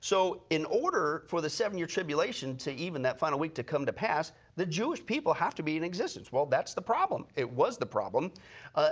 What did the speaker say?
so, in order for the seven year tribulation to even that final week to come to pass the jewish people have to be in existence. well, that's the problem, it was the problem